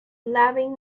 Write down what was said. levin